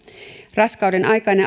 raskauden aikana